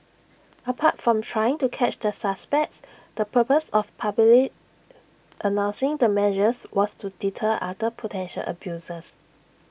apart from trying to catch the suspects the purpose of publicly announcing the measures was to deter other potential abusers